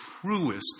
truest